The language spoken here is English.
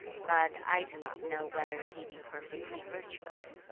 but i do not know whether he be perfectly virtuous